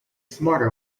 smarter